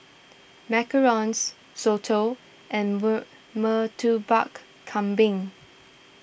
Macarons Soto and Murtabak Kambing